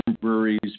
breweries